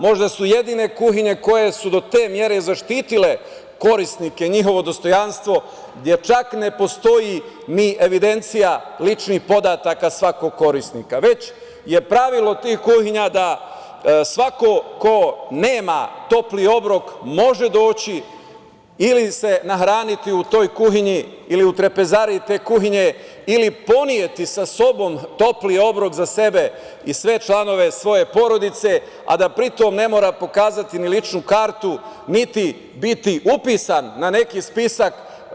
Možda su jedine kuhinje koje su do te mere zaštitile korisnike, njihovo dostojanstvo, gde čak ne postoji ni evidencija ličnih podataka svakog korisnika, već je pravilo tih kuhinja da svako ko nema topli obrok može doći ili se nahraniti u toj kuhinji, ili u trpezariji te kuhinje, ili poneti sa sobom topli obrok za sebe i sve članove svoje porodice, a da pri tom ne mora pokazati ni ličnu kartu, niti biti upisan na neki spisak.